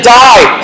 die